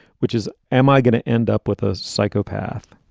which is, am i going to end up with a psychopath?